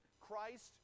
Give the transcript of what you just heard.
Christ